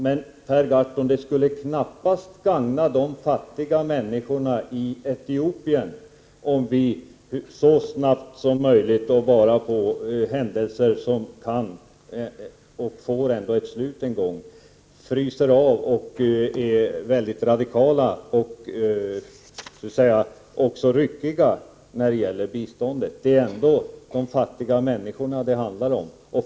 Men det skulle knappast gagna de fattiga människorna i Etiopien, om vi så snabbt som möjligt och bara på grund av händelser som ändå får ett slut en gång är så väldigt radikala och så att säga ryckiga när det gäller biståndet. Det är ändå de fattiga människorna det handlar om.